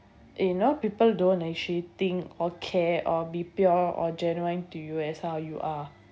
you know people don't actually think or care or be pure or genuine to you as how you are